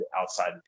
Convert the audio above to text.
outside